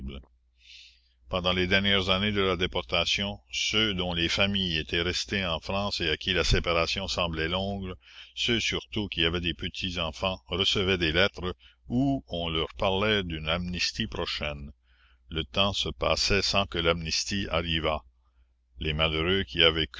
pendant les dernières années de la déportation ceux dont les familles étaient restées en france et à qui la séparation semblait longue ceux surtout qui avaient des petits enfants recevaient des lettres où on leur parlait d'une amnistie prochaine le temps se passait sans que l'amnistie arrivât les malheureux qui y avaient